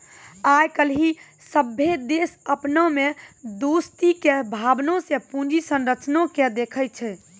आइ काल्हि सभ्भे देश अपना मे दोस्ती के भावना से पूंजी संरचना के देखै छै